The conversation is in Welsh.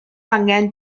angen